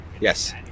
Yes